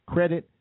credit